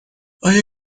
آیا